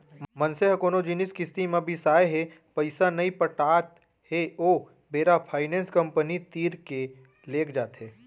मनसे ह कोनो जिनिस किस्ती म बिसाय हे पइसा नइ पटात हे ओ बेरा फायनेंस कंपनी तीर के लेग जाथे